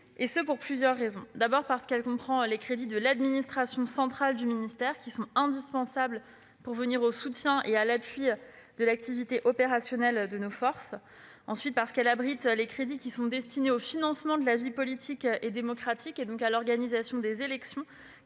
et ce pour plusieurs raisons. D'abord parce qu'elle comprend les crédits de l'administration centrale du ministère, indispensables pour venir au soutien de l'activité opérationnelle de nos forces. De plus, elle abrite les crédits destinés au financement de la vie politique et à l'organisation des élections,